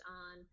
on